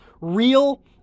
Real